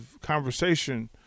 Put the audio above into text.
conversation